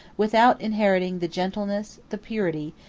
without inheriting the gentleness, the purity,